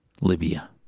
Libya